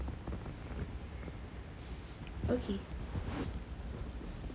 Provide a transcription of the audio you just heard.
okay